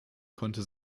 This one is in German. konnte